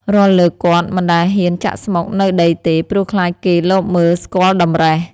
រាល់លើកគាត់មិន ដែលហ៊ានចាក់ស្មុគនៅដីទេ ព្រោះខ្លាចគេលបមើលស្គាល់តម្រិះ។